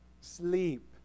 Sleep